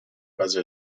fase